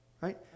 right